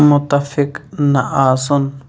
مُتَفِق نہَ آسُن